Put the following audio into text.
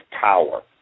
power